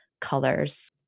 colors